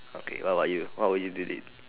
okay what about you what will you do this